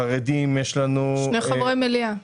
שני חברי מליאה.